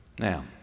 Now